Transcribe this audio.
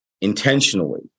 intentionally